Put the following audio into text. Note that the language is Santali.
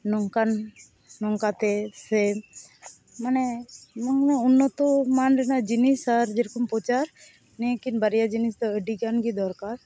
ᱱᱚᱝᱠᱟᱱ ᱱᱚᱝᱠᱟᱛᱮ ᱥᱮ ᱢᱟᱱᱮ ᱩᱱᱟᱹᱜ ᱩᱱᱱᱚᱛᱚ ᱢᱟᱱ ᱨᱮᱱᱟᱜ ᱡᱤᱱᱤᱥ ᱟᱨ ᱡᱮᱨᱚᱠᱚᱢ ᱯᱚᱪᱟᱨ ᱱᱤᱭᱟᱹᱠᱤᱱ ᱵᱟᱨᱭᱟ ᱡᱤᱱᱤᱥᱫᱚ ᱟᱹᱰᱤᱜᱟᱱ ᱜᱮ ᱫᱚᱨᱠᱟᱨ